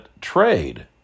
trade